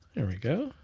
there we go,